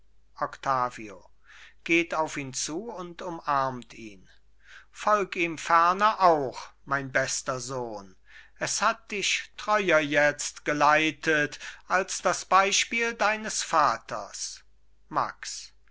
geht auf ihn zu und umarmt ihn folg ihm ferner auch mein bester sohn es hat dich treuer jetzt geleitet als das beispiel deines vaters max